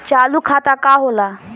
चालू खाता का होला?